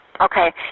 Okay